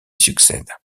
succède